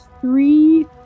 three